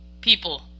people